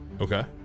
Okay